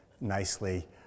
nicely